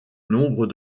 nombre